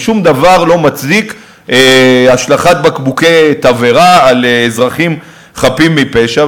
ושום דבר לא מצדיק השלכת בקבוקי תבערה על אזרחים חפים מפשע.